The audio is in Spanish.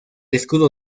escudo